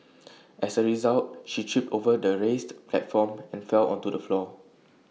as A result she tripped over the raised platform and fell onto the floor